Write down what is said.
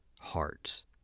hearts